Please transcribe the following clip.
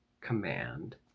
command